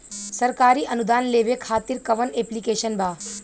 सरकारी अनुदान लेबे खातिर कवन ऐप्लिकेशन बा?